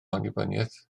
annibyniaeth